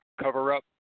cover-up